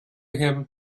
him